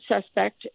suspect